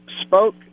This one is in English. spoke